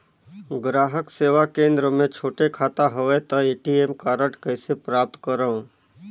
ग्राहक सेवा केंद्र मे छोटे खाता हवय त ए.टी.एम कारड कइसे प्राप्त करव?